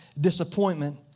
disappointment